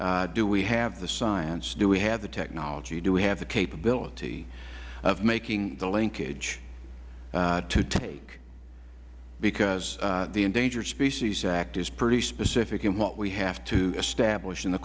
do we have the science do we have the technology do we have the capability of making the linkage to take because the endangered species act is pretty specific in what we have to establish and the